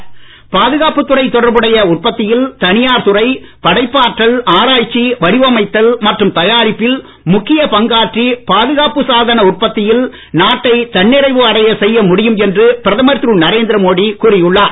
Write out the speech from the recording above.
பிரதமர்பாதுகாப்பு பாதுகாப்பு துறை தொடர்புடைய உற்பத்தியில் தனியார் துறை படைப்பாற்றல் ஆராய்ச்சி வடிவமைத்தல் மற்றும் தயாரிப்பில் முக்கிய பங்காற்றி பாதுகாப்பு சாதன உற்பத்தியில் நாட்டை தன்னிறைவு அடைய செய்ய முடியும் என்று பிரதமர் திரு நரேந்திர மோடி கூறி உள்ளார்